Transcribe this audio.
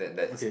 okay